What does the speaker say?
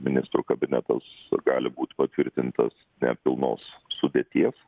ministrų kabinetas gali būt patvirtintas nepilnos sudėties